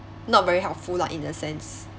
not very helpful lah in a sense